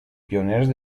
pioners